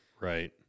Right